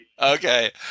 Okay